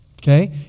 Okay